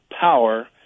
power